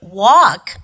walk